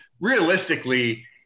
realistically